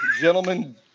gentlemen